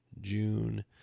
June